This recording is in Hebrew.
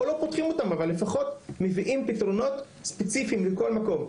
או לא פותחים אותם אבל לפחות מביאים פתרונות ספציפיים לכול למקום.